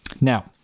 Now